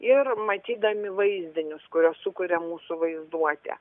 ir matydami vaizdinius kuriuos sukuria mūsų vaizduotė